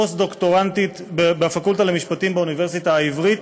פוסט-דוקטורנטית בפקולטה למשפטים באוניברסיטה העברית,